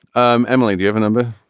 um emily do you have a number.